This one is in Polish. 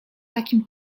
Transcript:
takim